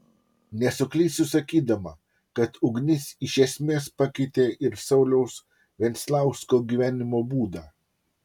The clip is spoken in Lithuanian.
nesuklysiu sakydama kad ugnis iš esmės pakeitė ir sauliaus venclausko gyvenimo būdą